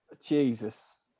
jesus